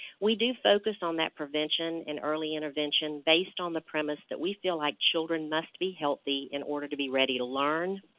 we do focus on that prevention and early intervention based on the premise that we feel like children must be healthy in order to be ready to learn.